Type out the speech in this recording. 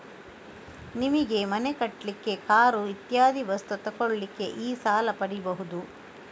ನಿಮಿಗೆ ಮನೆ ಕಟ್ಲಿಕ್ಕೆ, ಕಾರು ಇತ್ಯಾದಿ ವಸ್ತು ತೆಗೊಳ್ಳಿಕ್ಕೆ ಈ ಸಾಲ ಪಡೀಬಹುದು